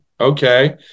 okay